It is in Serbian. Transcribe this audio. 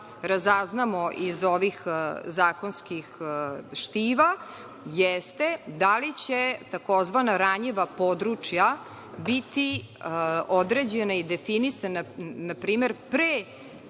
razaznamo iz ovih zakonskih štiva jeste da li će tzv. ranjiva područja biti određena i definisana npr. pre